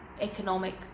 economic